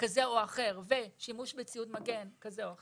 כזה או אחר, ושימוש בציוד מגן כזה או אחר,